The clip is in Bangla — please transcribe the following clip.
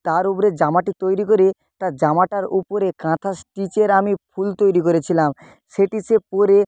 তার উপরে জামাটি তৈরি করে তার জামাটার ওপরে কাঁথা স্টিচের আমি ফুল তৈরি করেছিলাম সেটি সে পরে